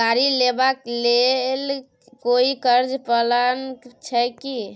गाड़ी लेबा के लेल कोई कर्ज प्लान छै की?